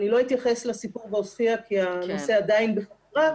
אני לא אתייחס לסיפור בעוספיה כי הנושא עדיין בחקירה,